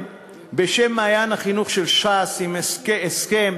בשם "מעיין החינוך" של ש"ס על הסכם